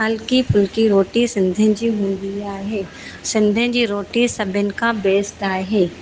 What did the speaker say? हल्की फुल्की रोटी सिंधियुनि जी हूंदी आहे सिंधियुनि जी रोटी सभिनि खां बेस्ट आहे